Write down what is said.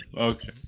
Okay